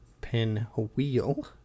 Pinwheel